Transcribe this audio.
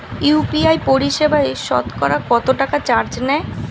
UPI পরিসেবায় সতকরা কতটাকা চার্জ নেয়?